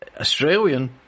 Australian